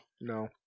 No